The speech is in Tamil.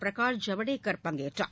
பிரகாஷ் ஜவடேகர் பங்கேற்றார்